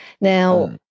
Now